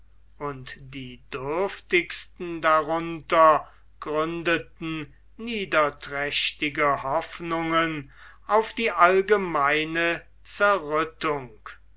und die dürftigsten darunter gründeten niederträchtige hoffnungen auf die allgemeine zerrüttung